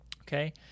okay